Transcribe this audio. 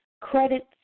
credits